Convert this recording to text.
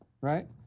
right